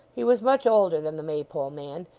he was much older than the maypole man,